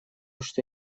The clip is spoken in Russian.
что